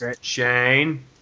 shane